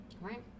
Right